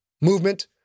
Movement